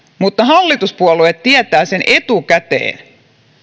mutta hallituspuolueet tietävät etukäteen